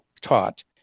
taught